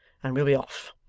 and we'll be off.